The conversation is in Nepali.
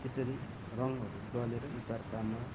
त्यसरी रङ्गहरू दलेर एक अर्कामा